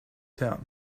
town